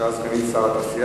תמיכות במחקר